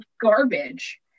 garbage